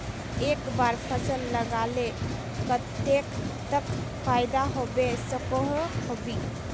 एक बार फसल लगाले कतेक तक फायदा होबे सकोहो होबे?